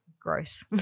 gross